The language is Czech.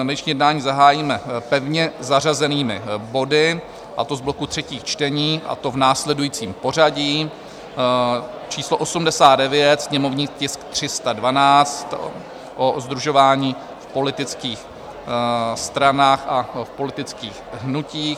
Dnešní jednání zahájíme pevně zařazenými body, a to z bloku třetích čtení, a to v následujícím pořadí: číslo 89, sněmovní tisk 312, o sdružování v politických stranách a v politických hnutích;